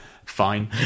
Fine